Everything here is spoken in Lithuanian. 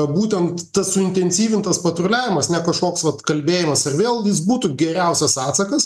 būtent tas suintensyvintas patruliavimas ne kažkoks vat kalbėjimas ar vėl jis būtų geriausias atsakas